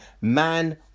man